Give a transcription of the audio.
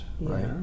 right